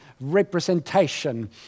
representation